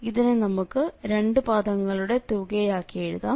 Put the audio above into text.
ഇതിനെ നമുക്ക് രണ്ടു പദങ്ങളുടെ തുകയാക്കി എഴുതാം